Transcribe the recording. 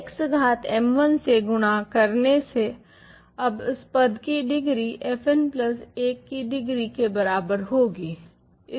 तो x घात m1 से गुणा करने से अब इस पद की डिग्री fn प्लस 1 की डिग्री के बराबर होगी